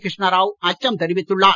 கிருஷ்ணாராவ் அச்சம் தெரிவித்துள்ளார்